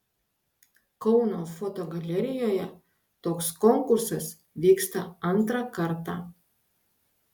kauno fotogalerijoje toks konkursas vyksta antrą kartą